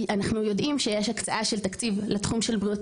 אנחנו יודעים שיש הקצאה של תקציב של בריאות